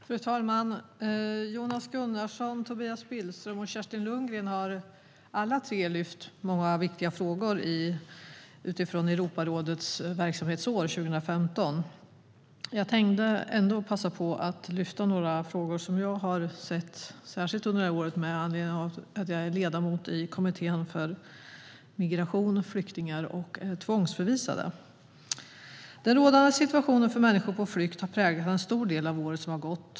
Fru talman! Jonas Gunnarsson, Tobias Billström och Kerstin Lundgren har alla tre lyft fram många viktiga frågor utifrån Europarådets verksamhetsår 2015. Jag tänkte ändå passa på att särskilt ta upp några frågor som jag har sett under året med anledning av att jag är ledamot av kommittén för migration, flyktingar och tvångsförvisade. Den rådande situationen för människor på flykt har präglat en stor del av året som gått.